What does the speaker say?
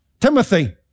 Timothy